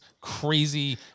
crazy –